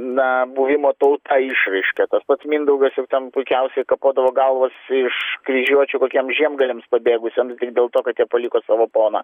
na buvimo tauta išraiška tas pats mindaugas jau ten puikiausiai kapodavo galvas iš kryžiuočių kokiem žiemgaliams pabėgusiems tik dėl to kad jie paliko savo poną